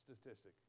statistic